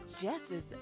Jess's